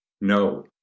No